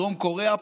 בדרום קוריאה,